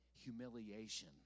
Humiliation